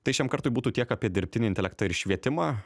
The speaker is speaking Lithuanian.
tai šiam kartui būtų tiek apie dirbtinį intelektą ir švietimą